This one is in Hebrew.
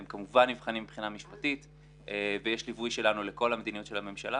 הם כמובן נבחנים מבחינה משפטית ויש ליווי שלנו לכל המדיניות של הממשלה